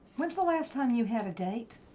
when was the last time you had a date?